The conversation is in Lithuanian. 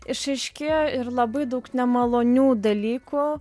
išaiškėjo ir labai daug nemalonių dalykų